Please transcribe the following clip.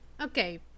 Okay